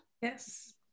Yes